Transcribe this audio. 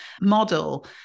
model